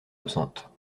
absentes